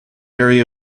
area